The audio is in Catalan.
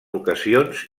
ocasions